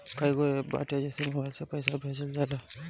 कईगो एप्प बाटे जेसे मोबाईल से पईसा भेजल जाला